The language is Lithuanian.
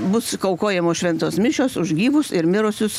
bus aukojamos šventos mišios už gyvus ir mirusius